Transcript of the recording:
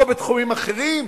או בתחומים אחרים?